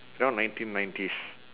around nineteen nineties